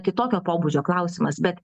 kitokio pobūdžio klausimas bet